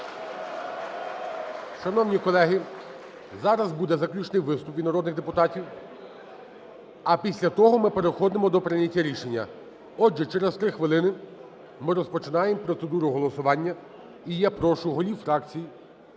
Шановні колеги, зараз буде заключний виступ від народних депутатів, а після того ми переходимо до прийняття рішення. Отже, через 3 хвилини ми розпочинаємо процедуру голосування. І я прошу голів фракцій